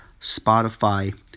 Spotify